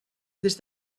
des